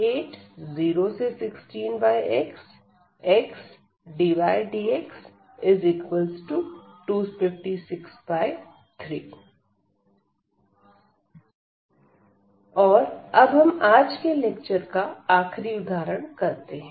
040xxdydx48016xxdydx2563 और अब हम आज के लेक्चर का आखिरी उदाहरण करते हैं